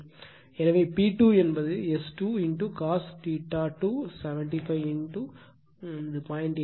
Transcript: எனவே P2 என்பது S 2 cos 2 75 0